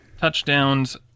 touchdowns